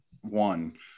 one